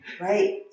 Right